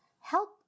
help